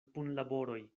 punlaboroj